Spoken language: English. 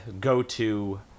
go-to